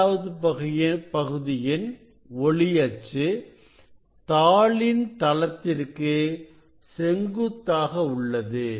இரண்டாவது பகுதியின் ஒளி அச்சு தாளின் தளத்திற்கு செங்குத்தாக உள்ளது